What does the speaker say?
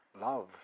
love